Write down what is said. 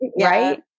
right